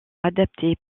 adaptée